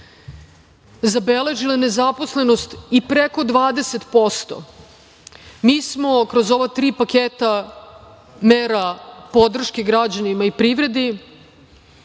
zabeležile nezaposlenost i preko 20%, mi smo kroz ova tri paketa mera podrške građanima i privredi,